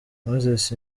moses